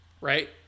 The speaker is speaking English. right